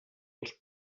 els